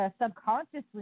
subconsciously